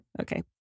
Okay